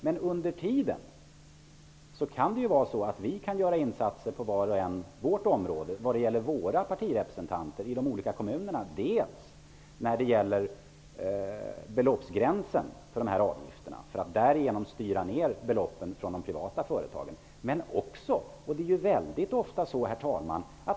Men under tiden kan vi kanske göra insatser, var och en på sitt område, genom våra partirepresentanter i de olika kommunerna när det gäller beloppsgränsen för dessa avgifter för att därigenom styra ned beloppen i de privata företagen. Herr talman!